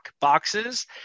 boxes